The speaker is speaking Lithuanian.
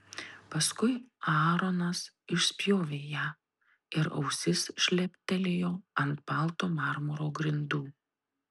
paskui aaronas išspjovė ją ir ausis šleptelėjo ant balto marmuro grindų